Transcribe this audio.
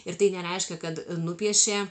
ir tai nereiškia kad nupiešė